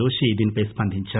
జోషి దీనిపై స్పందించారు